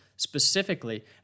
specifically